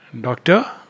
Doctor